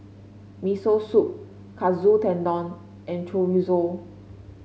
Miso Soup Katsu Tendon and Chorizo